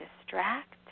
distract